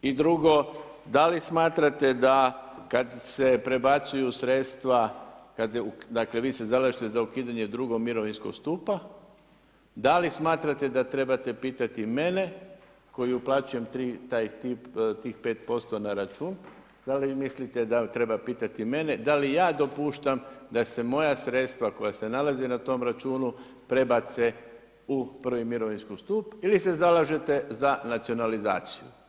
I drugo, dali smatrate da kada se prebacuju sredstva dakle vi se zalažete za ukidanje drugog mirovinskog stupa, da li smatrate da trebate pitati mene koji uplaćujem tih 5% na račun, da li mislite dal treba pitati mene, da li ja dopuštam da se moja sredstva koja se nalaze na tom računu prebace u prvi mirovinski stup ili se zalažete za nacionalizaciju?